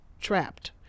Trapped